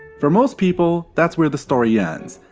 for most people that's where the story ends.